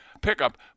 pickup